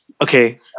Okay